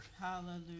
Hallelujah